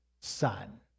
son